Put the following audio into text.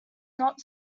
not